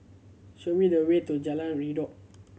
show me the way to Jalan Redop